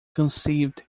conceived